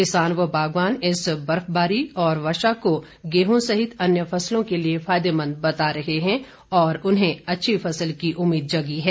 किसान व बागवान इस बर्फबारी व वर्षा को गेडूं सहित अन्यों फसलों के लिए फायदेमंद बता रहे हैं और उन्हें अच्छी फसल की उम्मीद जगी है